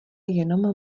jenom